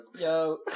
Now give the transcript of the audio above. yo